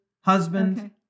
husband